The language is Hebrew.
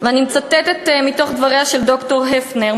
ואני מצטטת מתוך דבריה של ד"ר הפנר,